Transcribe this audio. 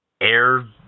air